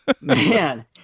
Man